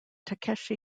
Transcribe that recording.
takeshi